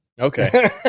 okay